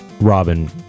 Robin